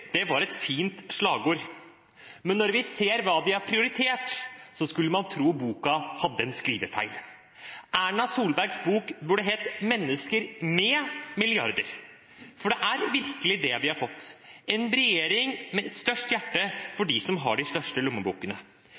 milliarder» var et fint slagord, men når vi ser hva de har prioritert, skulle man tro boka hadde en skrivefeil. Erna Solbergs bok burde hett «Mennesker med milliarder», for det er virkelig det vi har fått – en regjering med størst hjerte for dem som har de største